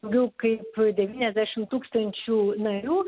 daug kaip devyniasdešim tūkstančių narių